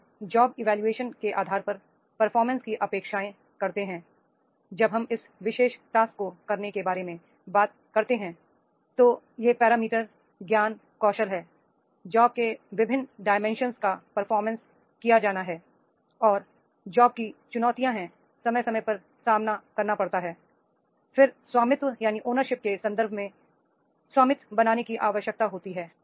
हम job evolution के आधार पर परफॉर्मेंस की अपेक्षाएं करते हैं जब हम इस विशेष टास्क को करने के बारे में बात करते हैं तो ये पैरामीटर ज्ञान कौशल हैं जॉब के विभिन्न डाइमेंशन का परफॉर्मेंस किया जाना है और जॉब में चुनौतियां हैं समय समय पर सामना करना पड़ता है फिर स्वामित्व के संदर्भ में स्वामित्व बनाने की आवश्यकता होती है